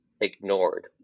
ignored